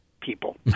people